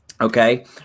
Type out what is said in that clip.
okay